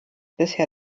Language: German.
bisher